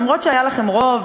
אף שהיה לכם רוב,